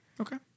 Okay